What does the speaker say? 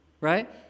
right